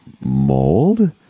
mold